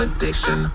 Addiction